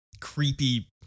creepy